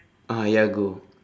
ah ayah go